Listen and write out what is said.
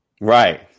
Right